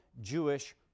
Jewish